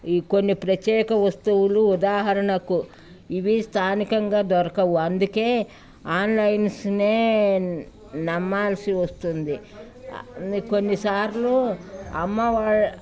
ఈ కొన్ని ప్రత్యేక వస్తువులు ఉదాహరణకు ఇవి స్థానికంగా దొరకవు అందుకే ఆన్లైన్స్నే నమ్మాల్సి వస్తుంది కొన్నిసార్లు అమ్మ వా